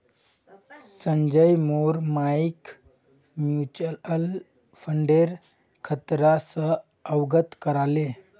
संजय मोर मइक म्यूचुअल फंडेर खतरा स अवगत करा ले